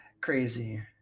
crazy